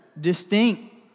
distinct